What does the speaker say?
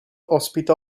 ospita